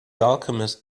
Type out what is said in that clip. alchemist